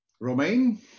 Romain